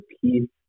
peace